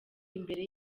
imbere